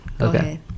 Okay